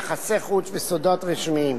יחסי חוץ וסודות רשמיים".